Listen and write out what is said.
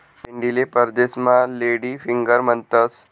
भेंडीले परदेसमा lady finger म्हणतंस